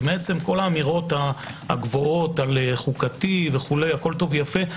כי כל האמירות הגבוהות על חוקתי וכו' - הכול טוב ויפה.